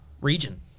region